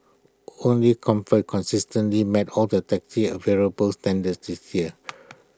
only comfort consistently met all the taxi available standards this year